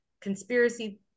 conspiracy